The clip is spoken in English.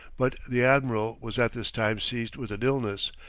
but the admiral was at this time seized with an illness,